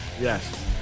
Yes